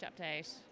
update